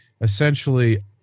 essentially